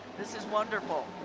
this is wonderful,